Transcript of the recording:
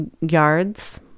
yards